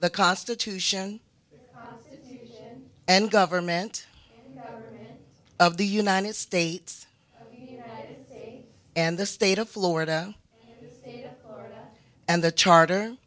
the constitution and government of the united states and the state of florida and the charter